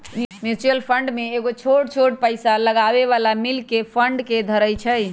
mutual fund में कयगो छोट छोट पइसा लगाबे बला मिल कऽ फंड के धरइ छइ